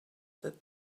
that